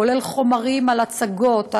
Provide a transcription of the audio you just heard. כולל חומרים על הצגות,